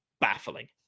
baffling